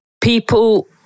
people